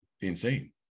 insane